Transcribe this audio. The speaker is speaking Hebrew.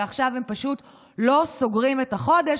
ועכשיו הם פשוט לא סוגרים את החודש,